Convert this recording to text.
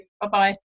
Bye-bye